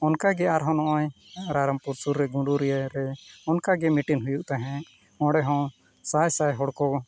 ᱚᱱᱠᱟ ᱜᱮ ᱟᱨᱦᱚᱸ ᱱᱚᱜᱼᱚᱭ ᱨᱟᱭᱨᱚᱝᱯᱩᱨ ᱥᱩᱨ ᱨᱮ ᱜᱩᱰᱩᱨᱤᱭᱟᱹ ᱨᱮ ᱚᱱᱠᱟᱜᱮ ᱢᱤᱴᱤᱝ ᱦᱩᱭᱩᱜ ᱛᱟᱦᱮᱸᱫ ᱚᱸᱰᱮ ᱦᱚᱸ ᱥᱟᱭ ᱥᱟᱭ ᱦᱚᱲ ᱠᱚ